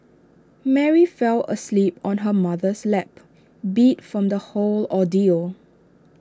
Mary fell asleep on her mother's lap beat from the whole ordeal